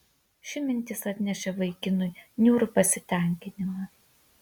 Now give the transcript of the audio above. ši mintis atnešė vaikinui niūrų pasitenkinimą